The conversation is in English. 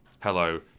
hello